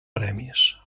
premis